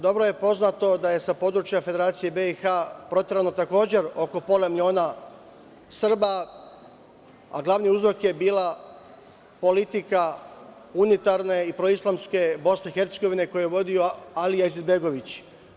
Dobro je poznato da je sa područja Federacije BiH, proterano takođe oko pola miliona Srba, a glavni uzrok je bila politika unitarne i proislamske BiH, koju je vodio Alija Izetbegović.